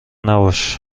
نباش